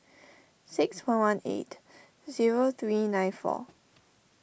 six one one eight zero three nine four